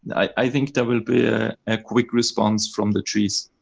i think there will be a ah quick response from the trees.